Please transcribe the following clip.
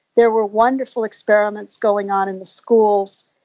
there were wonderful experiments going on in the schools.